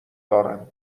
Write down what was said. دارم